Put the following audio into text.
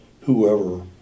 whoever